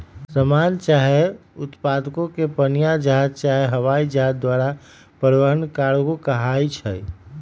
समान चाहे उत्पादों के पनीया जहाज चाहे हवाइ जहाज द्वारा परिवहन कार्गो कहाई छइ